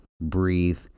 breathe